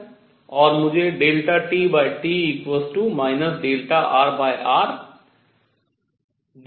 और मुझे TT rr dTT drr मिलता है